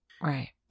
Right